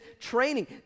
training